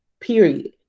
Period